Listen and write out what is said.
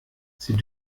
sie